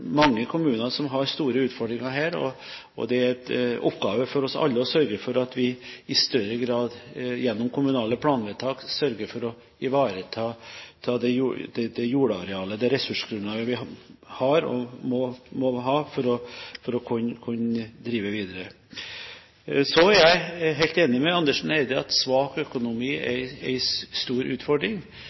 mange kommuner som har store utfordringer her, og det er en oppgave for oss alle å sørge for at vi i større grad gjennom kommunale planvedtak sørger for å ivareta det jordarealet, det ressursgrunnlaget, vi har og må ha for å kunne drive videre. Så er jeg helt enig med Andersen Eide i at svak økonomi er en stor utfordring.